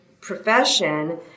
profession